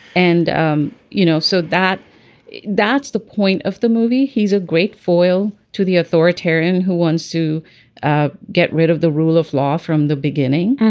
and um you know so that that's the point of the movie. he's a great foil to the authoritarian who wants to ah get rid of the rule of law from the beginning.